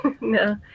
no